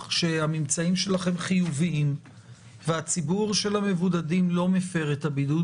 שהממצאים שלכם חיוביים והציבור של המבודדים לא מפר את הבידוד,